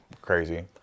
crazy